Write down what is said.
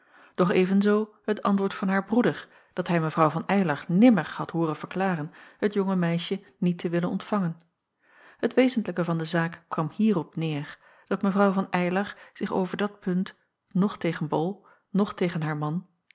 doch evenzoo het antwoord van haar broeder dat hij mevrouw van eylar nimmer had hooren verklaren het jonge meisje niet te willen ontvangen het wezentlijke van de zaak kwam hierop neêr dat mw van eylar zich over dat punt noch tegen bol noch tegen haar man